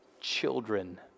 children